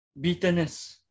bitterness